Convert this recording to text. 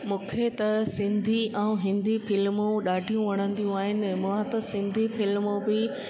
मूंखे त सिंधी ऐं हिंदी फ्लिमूं ॾाढियूं वणंदियूं आहिनि मां त सिंधी फ्लिमूं बि